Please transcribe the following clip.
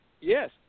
Yes